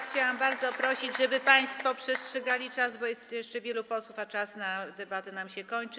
Chciałam bardzo prosić, żeby państwo przestrzegali czasu, bo jest jeszcze wielu posłów, a czas na debatę nam się kończy.